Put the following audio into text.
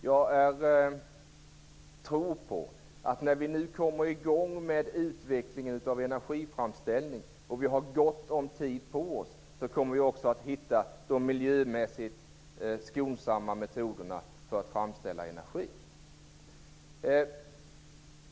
Jag tror att vi när vi kommer i gång med utvecklingen av energiframställning - och vi har gott om tid - också kommer att hitta de miljömässigt skonsamma metoderna för att framställa energi.